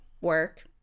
work